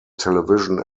television